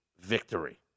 victory